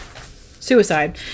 Suicide